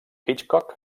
hitchcock